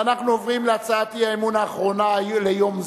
ואנחנו עוברים להצעת האי-אמון האחרונה ליום זה,